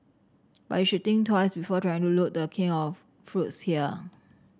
but you should think twice before trying to loot The King of fruits here